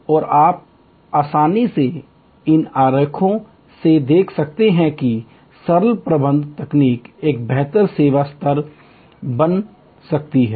और आप आसानी से इन आरेखों से देख सकते हैं कि सरल प्रबंधन तकनीक एक बेहतर सेवा स्तर बना सकती है